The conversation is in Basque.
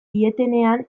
dietenean